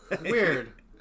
weird